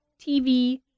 TV